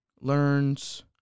learns